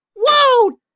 Whoa